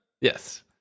Yes